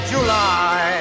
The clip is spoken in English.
July